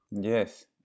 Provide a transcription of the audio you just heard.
Yes